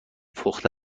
پخته